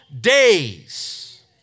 days